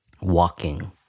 walking